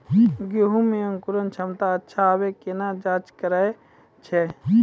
गेहूँ मे अंकुरन क्षमता अच्छा आबे केना जाँच करैय छै?